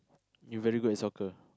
you very good at soccer